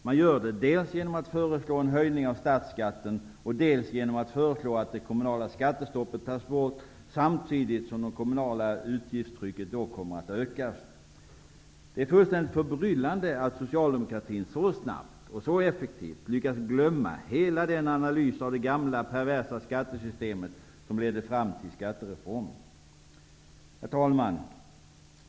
Man gör det dels genom att föreslå en höjning av statsskatten och dels genom att föreslå att det kommunala skattestoppet tas bort samtidigt som det kommunala utgiftstrycket skall ökas. Det är fullständigt förbryllande att socialdemokratin så snabbt och så effektivt lyckats glömma hela den analys av det gamla perversa skattesystemet som ledde fram till skattereformen. Herr talman!